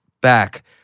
back